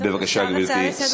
בבקשה, גברתי.